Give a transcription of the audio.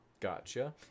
Gotcha